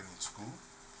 in school